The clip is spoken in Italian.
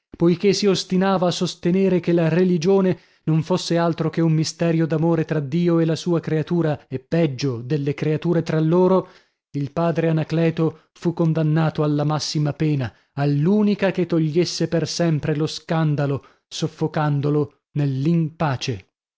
poichè si ostinava a sostenere che la religione non fosse altro che un misterio d'amore tra dio e la sua creatura e peggio delle creature tra loro il padre anacleto fu condannato alla massima pena all'unica che togliesse per sempre lo scandalo soffocandolo nell'in pace